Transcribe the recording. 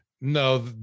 No